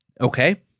okay